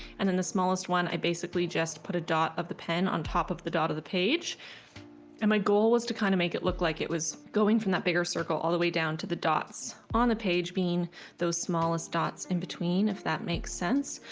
and then the smallest one i basically just put a dot of the pen on top of the dot of the page and my goal was to kind of make it look like it was going from that bigger circle all the way down to the dots on the page being those smallest dots in between if that makes sense.